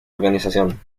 organización